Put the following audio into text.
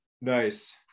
nice